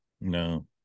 no